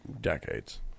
decades